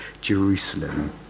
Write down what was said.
Jerusalem